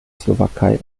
slowakei